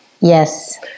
yes